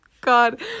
God